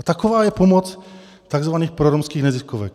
Taková je pomoc takzvaných proromských neziskovek.